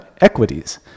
equities